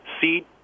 seed